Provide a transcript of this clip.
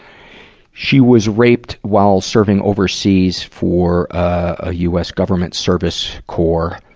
she was raped while serving overseas for, ah, a us government service corps.